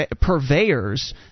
purveyors